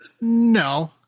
no